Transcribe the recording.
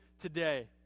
today